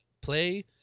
play